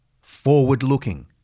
forward-looking